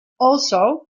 also